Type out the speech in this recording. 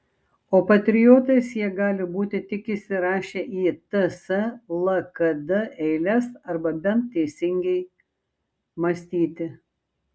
o patriotais jie gali būti tik įsirašę į ts lkd eiles arba bent teisingai mąstyti